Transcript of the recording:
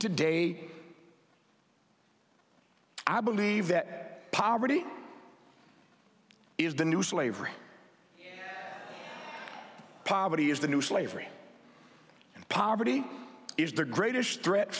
today i believe that poverty is the new slavery poverty is the new slavery poverty is the greatest threat